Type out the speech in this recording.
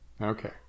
okay